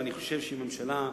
ואני חושב שאם ממשלה אינה,